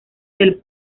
del